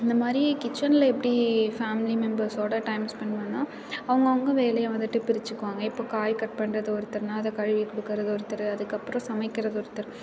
அந்தமாதிரி கிச்சனில் எப்படி ஃபேமிலி மெம்பர்ஸ்ஸோட டைம் ஸ்பெண்ட் பண்ணணுன்னா அவங்கவுங்க வேலயை வந்துவிட்டு பிரிச்சிக்குவாங்க இப்போ காய் கட் பண்ணுறது ஒருத்தர்னா அதை கழுவி கொடுக்குறது ஒருத்தர் அதற்கப்பறம் சமைக்கறது ஒருத்தர்